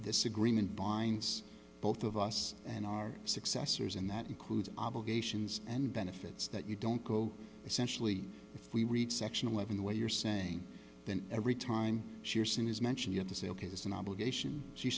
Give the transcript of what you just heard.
agreement binds both of us and our successors and that includes obligations and benefits that you don't go essentially if we reach section eleven the way you're saying that every time she or sin is mentioned you have to say ok this is an obligation she